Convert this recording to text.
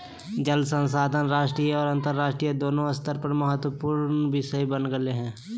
जल संसाधन राष्ट्रीय और अन्तरराष्ट्रीय दोनों स्तर पर महत्वपूर्ण विषय बन गेले हइ